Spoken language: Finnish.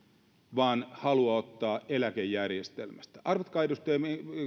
vaan haluaa ottaa eläkejärjestelmästä arvatkaa edustaja